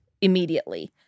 immediately